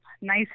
nice